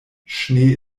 schnee